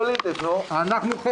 12:00.